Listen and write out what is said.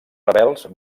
rebels